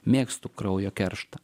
mėgstu kraujo kerštą